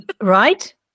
Right